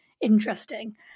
interesting